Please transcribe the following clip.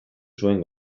zuen